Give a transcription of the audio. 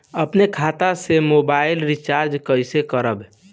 अपने खाता से मोबाइल रिचार्ज कैसे करब?